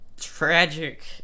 tragic